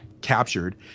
captured